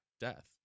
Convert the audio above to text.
death